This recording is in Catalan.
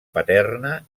paterna